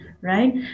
right